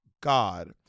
god